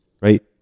right